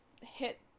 hit